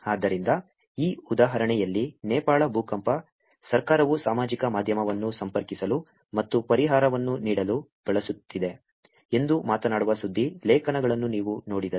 ಆದ್ದರಿಂದ ಈ ಉದಾಹರಣೆಯಲ್ಲಿ 'ನೇಪಾಳ ಭೂಕಂಪ ಸರ್ಕಾರವು ಸಾಮಾಜಿಕ ಮಾಧ್ಯಮವನ್ನು ಸಂಪರ್ಕಿಸಲು ಮತ್ತು ಪರಿಹಾರವನ್ನು ನೀಡಲು ಬಳಸುತ್ತಿದೆ' ಎಂದು ಮಾತನಾಡುವ ಸುದ್ದಿ ಲೇಖನಗಳನ್ನು ನೀವು ನೋಡಿದರೆ